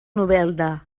novelda